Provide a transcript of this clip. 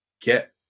get